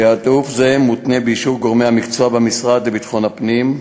תעדוף זה מותנה באישור גורמי המקצוע במשרד לביטחון הפנים,